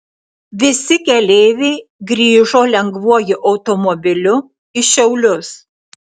visi keleiviai grįžo lengvuoju automobiliu į šiaulius